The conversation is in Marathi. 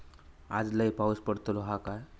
आज लय पाऊस पडतलो हा काय?